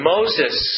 Moses